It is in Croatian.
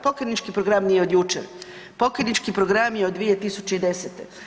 Pokajnički program nije od jučer, pokajnički program je od 2010.